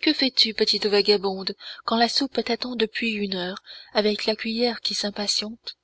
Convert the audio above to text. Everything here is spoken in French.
que fais-tu petite vagabonde quand la soupe t'attend depuis une heure avec la cuillère qui s'impatiente